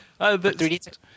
3D